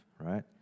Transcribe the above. right